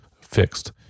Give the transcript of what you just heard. fixed